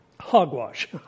Hogwash